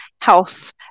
health